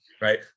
right